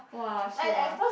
!wah! shit lah